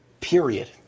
period